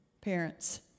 parents